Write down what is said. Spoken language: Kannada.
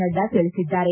ನಡ್ಡಾ ತಿಳಿಸಿದ್ದಾರೆ